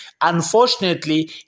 Unfortunately